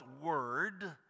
word